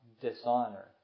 dishonor